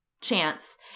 Chance